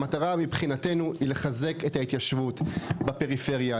המטרה מבחינתנו היא לחזק את ההתיישבות בפריפריה.